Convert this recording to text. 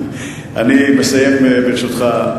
אני מסיים, ברשותך.